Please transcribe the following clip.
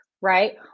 right